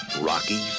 Rocky